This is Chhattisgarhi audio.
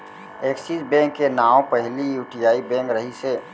एक्सिस बेंक के नांव पहिली यूटीआई बेंक रहिस हे